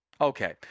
okay